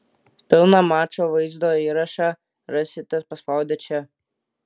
pilną mačo vaizdo įrašą rasite paspaudę čia